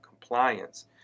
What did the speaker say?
compliance